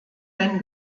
wenn